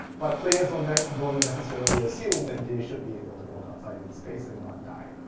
but players don't don't necessarily assume that they should be able to walk outside in space and not die.